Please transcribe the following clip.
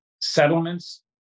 Settlements